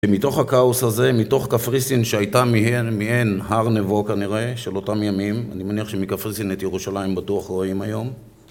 ומתוך הכאוס הזה, מתוך קפריסין שהייתה מיהן הר נבו כנראה של אותם ימים, אני מניח שמקפריסין את ירושלים בטוח רואים היום